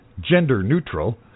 gender-neutral